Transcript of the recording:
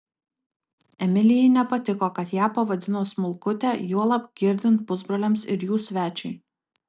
emilijai nepatiko kad ją pavadino smulkute juolab girdint pusbroliams ir jų svečiui